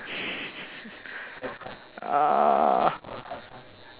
uh